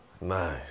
Nice